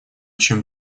чем